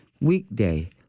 Weekday